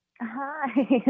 hi